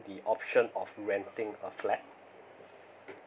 the option of renting a flat